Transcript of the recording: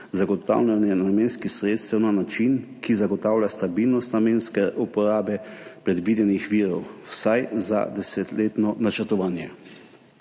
zagotavljanje namenskih sredstev na način, ki zagotavlja stabilnost namenske uporabe predvidenih virov vsaj za desetletno načrtovanje.